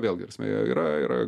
vėlgi ta prasme yra yra